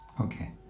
Okay